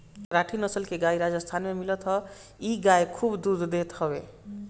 राठी नसल के गाई राजस्थान में मिलत हअ इ गाई खूब दूध देत हवे